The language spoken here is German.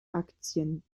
aktien